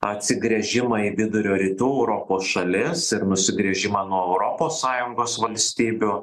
atsigręžimą į vidurio rytų europos šalis ir nusigręžimą nuo europos sąjungos valstybių